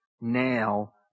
now